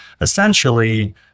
essentially